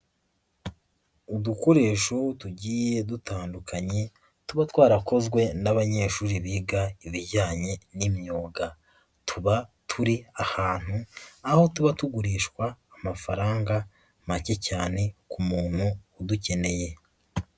Udukoresho tugiye dutandukanye, tuba twarakozwe n'abanyeshuri biga ibijyanye n'imyuga. Tuba turi ahantu, aho tuba tugurishwa amafaranga make cyane ku muntu udukeneye.